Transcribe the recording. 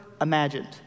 imagined